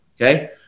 Okay